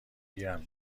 گیرم